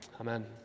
Amen